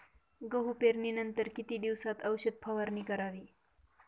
गहू पेरणीनंतर किती दिवसात औषध फवारणी करावी?